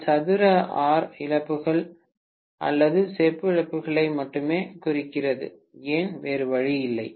நான் சதுர ஆர் இழப்புகள் அல்லது செப்பு இழப்புகளை மட்டுமே குறிக்கிறது ஏன் வேறு வழியில்லை